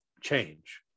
change